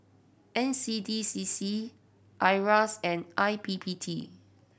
N C D C C IRAS and I P P T